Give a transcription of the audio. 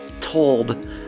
told